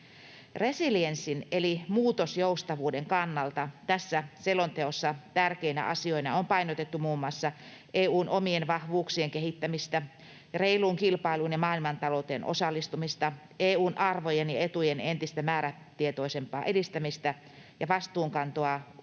Resilienssin eli muutosjoustavuuden kannalta tässä selonteossa tärkeinä asioina on painotettu muun muassa EU:n omien vahvuuksien kehittämistä, reiluun kilpailuun ja maailmantalouteen osallistumista, EU:n arvojen ja etujen entistä määrätietoisempaa edistämistä ja vastuunkantoa ulkoisessa